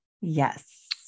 Yes